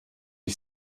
ich